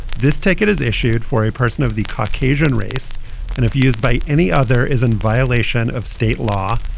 this ticket is issued for a person of the caucasian race and if used by any other, is in violation of state law.